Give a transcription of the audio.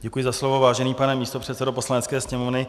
Děkuji za slovo, vážený pane místopředsedo Poslanecké sněmovny.